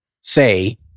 say